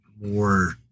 more